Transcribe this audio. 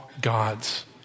gods